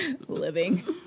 Living